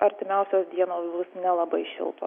artimiausios dienos bus nelabai šiltos